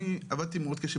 אני עבדתי מאוד קשה.